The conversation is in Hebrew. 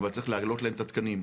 אבל צריך להעלות להם את התקנים.